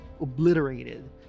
obliterated